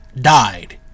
died